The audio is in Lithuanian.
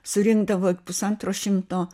surinkdavo pusantro šimto